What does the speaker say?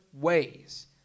ways